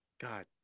God